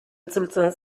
itzultzen